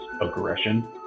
aggression